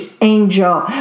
angel